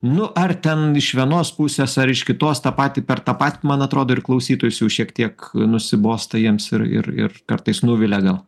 nu ar ten iš vienos pusės ar iš kitos tą patį per tą patį man atrodo ir klausytojus jau šiek tiek nusibosta jiems ir ir ir kartais nuvilia gal